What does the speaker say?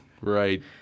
Right